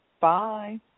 Bye